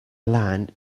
land